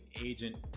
agent